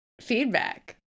feedback